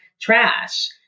trash